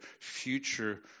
future